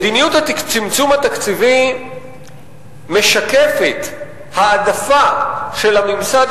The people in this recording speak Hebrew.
מדיניות הצמצום התקציבי משקפת העדפה של הממסד